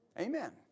Amen